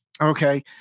okay